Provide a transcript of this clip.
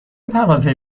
پروازهایی